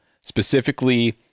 specifically